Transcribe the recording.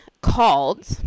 called